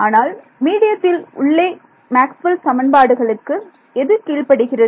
ஆனால் மீடியத்தில் உள்ளே மேக்ஸ்வெல் சமன்பாடுகளுக்கு எது கீழ்ப்படிகிறது